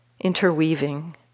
interweaving